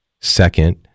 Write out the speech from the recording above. second